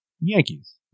Yankees